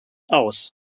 aus